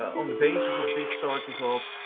on the basis of this sort results,